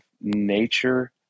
nature